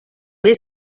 més